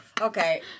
Okay